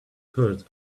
heard